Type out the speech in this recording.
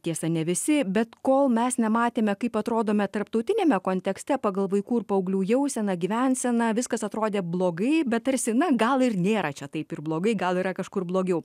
tiesa ne visi bet kol mes nematėme kaip atrodome tarptautiniame kontekste pagal vaikų ir paauglių jauseną gyvenseną viskas atrodė blogai bet tarsi na gal ir nėra čia taip ir blogai gal yra kažkur blogiau